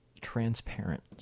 Transparent